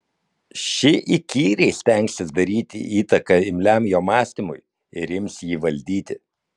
ši įkyriai stengsis daryti įtaką imliam jo mąstymui ir ims jį valdyti